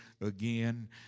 again